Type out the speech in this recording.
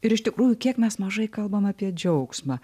ir iš tikrųjų kiek mes mažai kalbam apie džiaugsmą